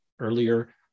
earlier